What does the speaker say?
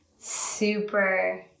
super